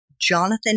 Jonathan